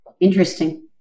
Interesting